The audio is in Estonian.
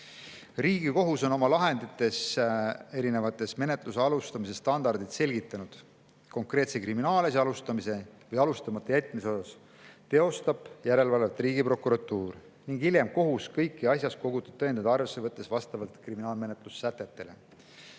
Riigikohus on oma erinevates lahendites menetluse alustamise standardit selgitanud. Konkreetse kriminaalasja alustamise või alustamata jätmise osas teostab järelevalvet Riigiprokuratuur ning hiljem kohus kõiki asjas kogutud tõendeid arvesse võttes vastavalt kriminaalmenetluse sätetele.